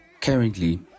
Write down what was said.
currently